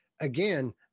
again